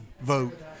vote